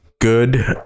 good